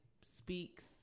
speaks